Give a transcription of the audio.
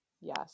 Yes